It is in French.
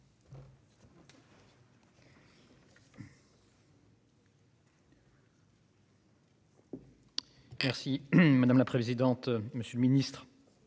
Merci madame la présidente. Monsieur le Ministre.